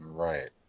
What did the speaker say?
Right